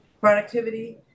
Productivity